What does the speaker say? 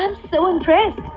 ah so impressed.